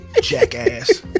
jackass